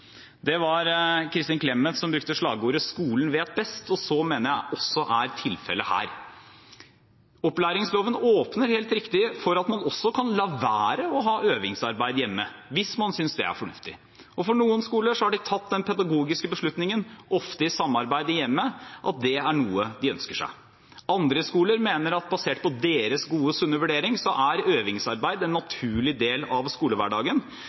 Det var Kristin Clemet som brukte slagordet «Skolen vet best», og så mener jeg også er tilfellet her. Opplæringsloven åpner helt riktig for at man også kan la være å ha øvingsarbeid hjemme hvis man synes det er fornuftig, og noen skoler har tatt den pedagogiske beslutningen, ofte i samarbeid med hjemmet, at det er noe de ønsker seg. Andre skoler mener at basert på deres gode, sunne vurdering er øvingsarbeid en naturlig del av skolehverdagen.